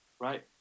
right